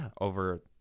over